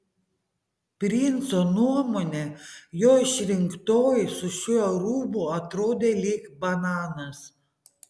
princo nuomone jo išrinktoji su šiuo rūbu atrodė lyg bananas